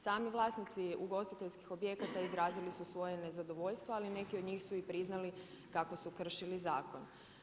Sami vlasnici ugostiteljskih objekata izrazili su svoje nezadovoljstvo ali neki od njih su i priznali kako su kršili zakon.